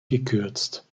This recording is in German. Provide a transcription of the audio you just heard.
gekürzt